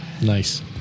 nice